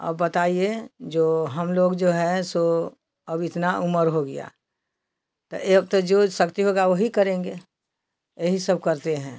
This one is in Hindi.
अब बताइए जो हम लोग जो है सो अब इतना उम्र हो गया तो एक तो जो शक्ति होगा ओ ही करेंगे यही सब करते हैं